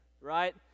right